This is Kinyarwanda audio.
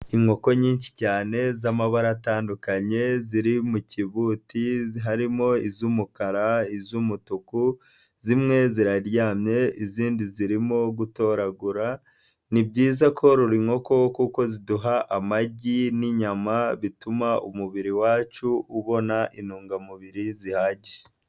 Inkoko nyinshi cyane z'amabara atandukanye ziri mu kibuti, harimo iz'umukara, iz'umutuku, zimwe ziraryamye izindi zirimo gutoragura. Ni byiza korora inkoko kuko ziduha amagi n'inyama bituma umubiri wacu ubona intungamubiri zihagije.